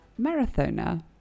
Marathona